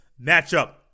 matchup